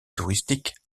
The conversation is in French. touristique